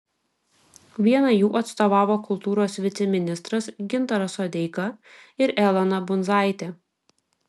vienai jų atstovavo kultūros viceministras gintaras sodeika ir elona bundzaitė